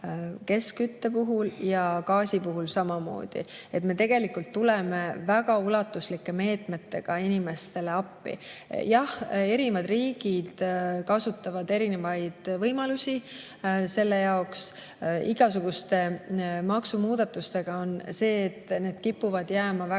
keskkütte puhul ja gaasi puhul samamoodi. Me tuleme väga ulatuslike meetmetega inimestele appi. Jah, erinevad riigid kasutavad erinevaid võimalusi selle leevendamiseks. Aga igasuguste maksumuudatustega on nii, et need kipuvad jääma